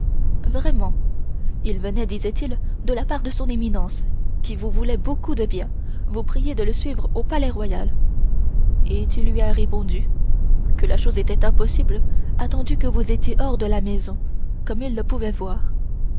vraiment il venait disait-il de la part de son éminence qui vous voulait beaucoup de bien vous prier de le suivre au palais-royal et tu lui as répondu que la chose était impossible attendu que vous étiez hors de la maison comme il le pouvait voir